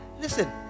listen